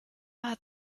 hat